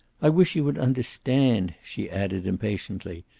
i wish you would understand, she added impatiently.